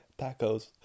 Tacos